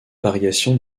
variations